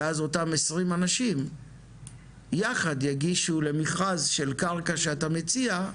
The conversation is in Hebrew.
ואז אותם 20 אנשים יחד יגישו למכרז של קרקע שאתה מציע,